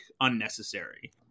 unnecessary